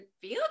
feel